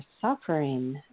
suffering